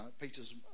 Peter's